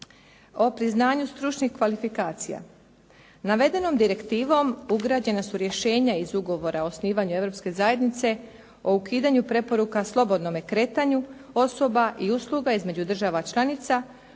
o priznanju stručnih kvalifikacija. Navedenom direktivom ugrađena su rješenja iz Ugovora o osnivanju Europske zajednici o ukidanju preporuka, slobodnome kretanju osoba i usluga između država članica,